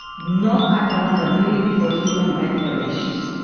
not accountability for human rights violations.